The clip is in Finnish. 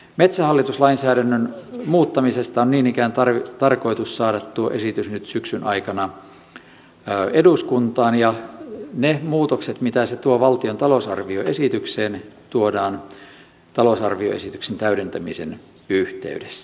metsähallitus lainsäädännön muuttamisesta on niin ikään tarkoitus saada esitys nyt syksyn aikana eduskuntaan ja ne muutokset mitä se tuo valtion talousarvioesitykseen tuodaan talousarvioesityksen täydentämisen yhteydessä